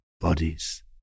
bodies